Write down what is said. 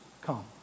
come